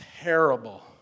terrible